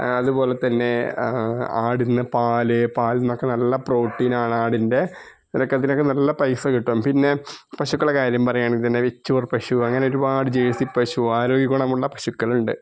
അതുപോലെ തന്നെ ആടിന് പാൽ പാലിനൊക്കെ നല്ല പ്രോട്ടീന് ആണ് ആടിന്റെ ഇതൊക്ക ഇതിനൊക്കെ നല്ല പൈസ കിട്ടും പിന്നെ പശുക്കൾടെ കാര്യം പറയാണെങ്കില് വെച്ചൂര് പശു അങ്ങനെ ഒരുപാട് ജേഴ്സി പശു ആരോഗ്യഗുണമുള്ള പശുക്കലുണ്ട്